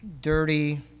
dirty